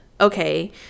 okay